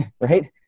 right